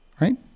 right